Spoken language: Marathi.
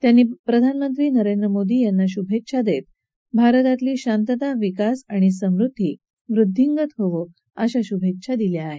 त्यांनी प्रधानमंत्री नरेंद्र मोदी यांना शुभेच्छा देत भारतातली शांतता विकास आणि समृद्धी वाढत जावो अशा शुभेच्छा दिल्या आहेत